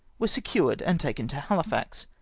were seciu-ed and taken to hahfax,